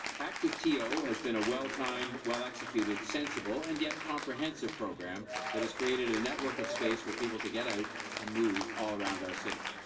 activeto has been a well-timed, well-executed, sensible and yet comprehensive program that has created and a network of space for people to get out and move all around our city.